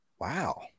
Wow